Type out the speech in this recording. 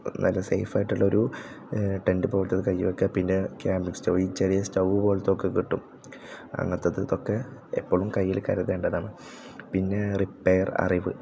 നല്ല സേഫായിട്ടുള്ളൊരു ടെൻറ്റ് പോൽത്തത് കയ്യിൽ വെക്കുക പിന്നെ ക്യാമ്പ് സ്റ്റൗ ഈ ചെറിയ സ്റ്റൗ പോലത്തൊക്കെ കിട്ടും അങ്ങനത്തതൊക്കെ എപ്പോഴും കയ്യിൽ കരുത്തേണ്ടതാണ് പിന്നെ റിപ്പയർ അറിവ്